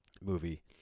movie